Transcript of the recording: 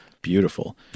Beautiful